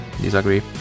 disagree